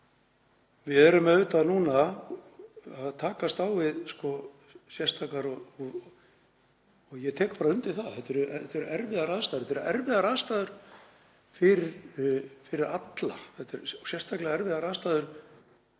Við erum auðvitað núna að takast á við sérstakar aðstæður, ég tek bara undir það að þetta eru erfiðar aðstæður fyrir alla. Þetta eru sérstaklega erfiðar aðstæður